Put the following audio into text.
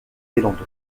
zélande